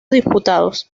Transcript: disputados